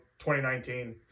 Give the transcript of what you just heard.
2019